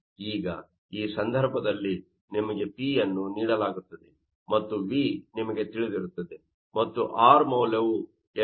ಈಗ ಈ ಸಂದರ್ಭದಲ್ಲಿ ನಿಮಗೆ P ಅನ್ನು ನೀಡಲಾಗುತ್ತದೆ ಮತ್ತು V ನಿಮಗೆ ತಿಳಿದಿರುತ್ತದೆ ಮತ್ತು R ಮೌಲ್ಯವು 8